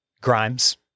Grimes